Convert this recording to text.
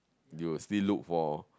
you will still look for